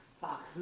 Fuck